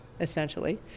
essentially